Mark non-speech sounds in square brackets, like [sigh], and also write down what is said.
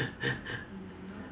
[laughs]